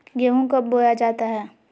गेंहू कब बोया जाता हैं?